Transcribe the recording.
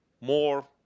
more